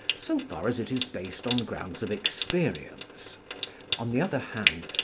so far as it is based on grounds of experience on the other hand,